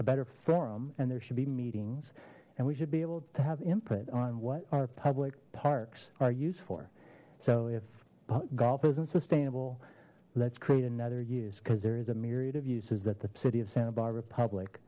a better forum and there should be meetings and we should be able to have input on what our public parks are used for so if golf isn't sustainable let's create another use because there is a myriad of uses that the city of santa barbara public